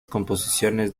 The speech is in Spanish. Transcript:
composiciones